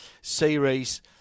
series